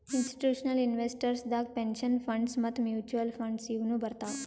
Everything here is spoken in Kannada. ಇಸ್ಟಿಟ್ಯೂಷನಲ್ ಇನ್ವೆಸ್ಟರ್ಸ್ ದಾಗ್ ಪೆನ್ಷನ್ ಫಂಡ್ಸ್ ಮತ್ತ್ ಮ್ಯೂಚುಅಲ್ ಫಂಡ್ಸ್ ಇವ್ನು ಬರ್ತವ್